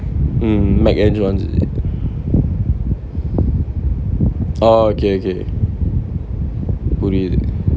mm mec~ eng~ is it oh okay okay புரியிது:puriyithu